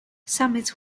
summits